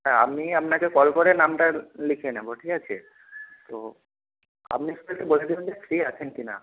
হ্যাঁ আমি আপনাকে কল করে নামটা লিখিয়ে নেব ঠিক আছে তো আপনি শুধু একটু বলে দেবেন যে ফ্রি আছেন কি না